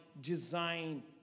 design